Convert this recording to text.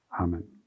Amen